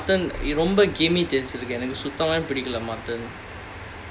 ya mutton நீ ரொம்ப சுத்தமாவே பிடிக்கல:nee romba suthamaavae pidikkala mutton